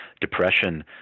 depression